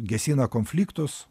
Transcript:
gesina konfliktus